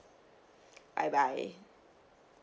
bye bye